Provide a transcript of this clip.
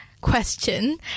question